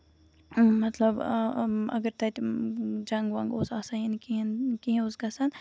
مطلب اَگر تَتہِ جنگ وَنگ اوس آسان یا کیٚنہہ اوس گژھان